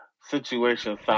situations